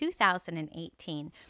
2018